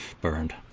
burned